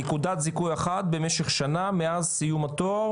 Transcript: נקודת זיכוי אחת במשך שנה מאז סיום התואר